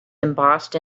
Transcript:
embossed